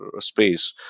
space